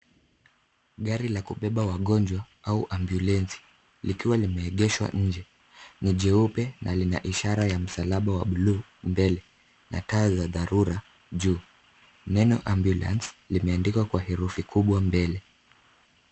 Gari la kubeba wagonjwa au ambulensi likiwa limeegeshwa nje. Ni jeupe na lina ishara ya msalaba wa buluu mbele na taa za dharura juu. Neno ambulance limeandikwa kwa herufi kubwa mbele.